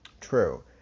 True